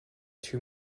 two